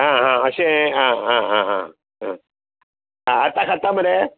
आं आं अशें आं आं आं आं आतां खाता मरे